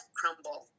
crumble